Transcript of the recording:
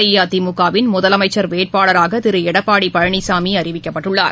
அஇஅதிமுகவின் முதலமைச்சர் வேட்பாளராகதிருளடப்பாடிபழனிசாமிஅறிவிக்கப்பட்டுள்ளார்